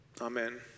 Amen